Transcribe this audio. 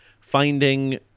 finding